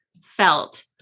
felt